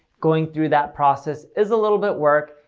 going through that process is a little bit work.